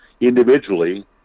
Individually